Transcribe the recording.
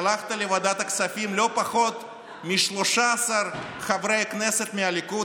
שלחת לוועדת הכספים לא פחות מ-13 חברי כנסת מהליכוד